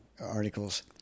articles